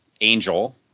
Angel